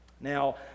Now